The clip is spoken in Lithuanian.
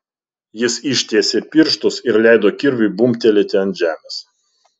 jis ištiesė pirštus ir leido kirviui bumbtelėti ant žemės